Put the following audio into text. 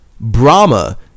Brahma